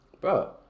Bro